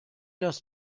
das